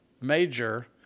major